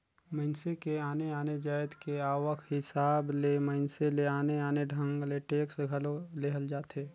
मइनसे के आने आने जाएत के आवक हिसाब ले मइनसे ले आने आने ढंग ले टेक्स घलो लेहल जाथे